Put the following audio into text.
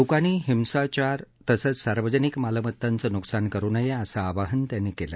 लोकांनी हिंसाचार तसंच सार्वजनिक मालमत्तेचं नुकसान करु नये असं आवाहन त्यांनी केलं